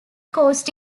coast